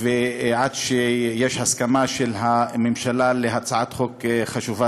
עד שיש הסכמה של הממשלה להצעת חוק חשובה